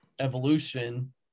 evolution